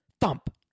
thump